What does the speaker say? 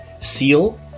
seal